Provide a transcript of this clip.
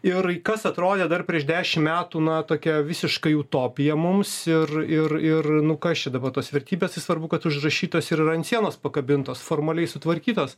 ir kas atrodė dar prieš dešimt metų na tokia visiškai utopija mums ir ir ir nu kas čia dabar tos vertybės svarbu kad užrašytos ir yra ant sienos pakabintos formaliai sutvarkytos